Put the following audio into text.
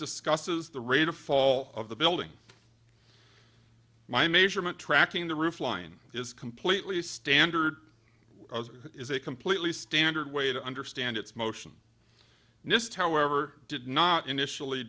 discusses the rate of fall of the building my measurement tracking the roof line is completely standard is a completely standard way to understand its motion nist however did not initially